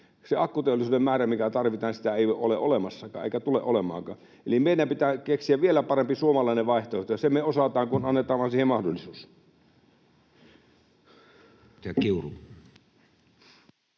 Sitä akkuteollisuuden määrää, mikä tarvitaan, ei ole olemassakaan, eikä tule olemaankaan. Eli meidän pitää keksiä vielä parempi suomalainen vaihtoehto, ja sen me osaamme, kun annetaan siihen vain mahdollisuus. [Speech